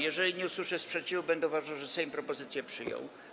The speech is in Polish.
Jeżeli nie usłyszę sprzeciwu, będę uważał, że Sejm propozycję przyjął.